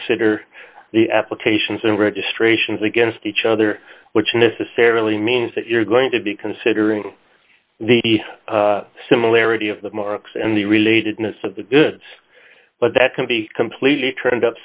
consider the applications and registrations against each other which necessarily means that you're going to be considering the similarity of the marks and the relatedness of the goods but that can be completely turned